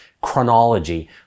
chronology